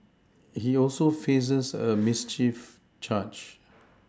he also faces a mischief charge